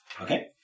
Okay